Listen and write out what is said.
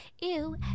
Ew